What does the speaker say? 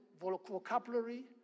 vocabulary